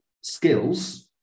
skills